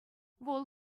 вӑл